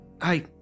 I